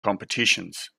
competitions